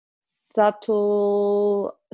subtle